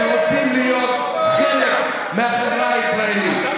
שרוצים להיות חלק מהחברה הישראלית.